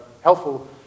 helpful